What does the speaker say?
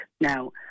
Now